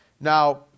Now